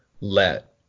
let